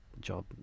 job